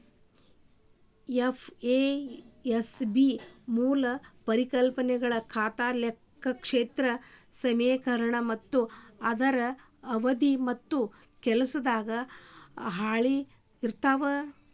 FASB ಮೂಲ ಪರಿಕಲ್ಪನೆಗಳ ಖಾತಾ ಲೆಕ್ಪತ್ರ ಸಮೇಕರಣ ಮತ್ತ ಅದರ ಅವಧಿ ಮತ್ತ ಕೆಲಸದ ಹಾಳಿ ಇರ್ತಾವ